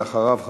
ואחריו,